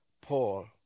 Paul